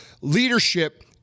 Leadership